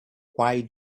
why